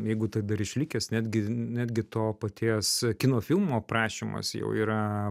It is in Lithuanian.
jeigu tai dar išlikęs netgi netgi to paties kino filmo aprašymas jau yra